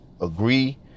agree